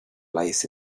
lies